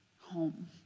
Home